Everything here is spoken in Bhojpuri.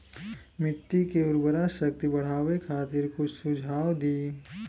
मिट्टी के उर्वरा शक्ति बढ़ावे खातिर कुछ सुझाव दी?